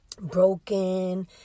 Broken